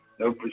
No